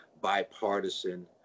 bipartisan